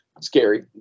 Scary